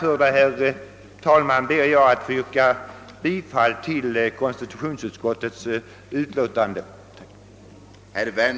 Med det anförda ber jag att få yrka bifall till konstitutionsutskottets hemställan.